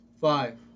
Five